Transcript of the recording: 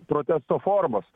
protesto formos